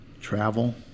travel